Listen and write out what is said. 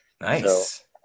nice